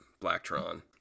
Blacktron